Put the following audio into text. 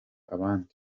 abandi